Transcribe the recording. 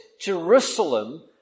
Jerusalem